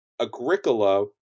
Agricola